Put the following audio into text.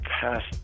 past